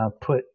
put